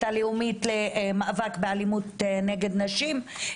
הלאומית למאבק באלימות נגד נשים,